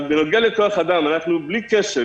בנוגע לכוח אדם בלי קשר,